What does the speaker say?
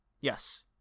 Yes